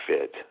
fit